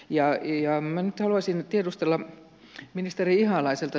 minä nyt haluaisin tiedustella ministeri ihalaiselta